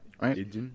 right